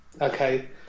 Okay